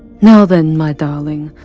now then, my darling.